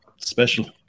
special